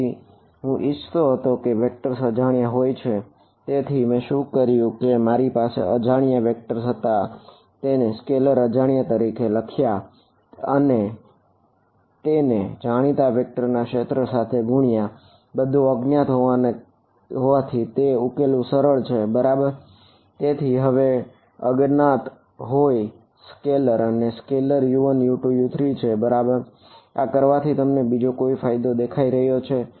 તેથી હું ઈચ્છતો હતો કે વેક્ટર્સ U1U2U3 છે બરાબર આ કરવાથી તમને બીજો કોઈ ફાયદો દેખાઈ રહ્યો છે